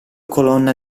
colonna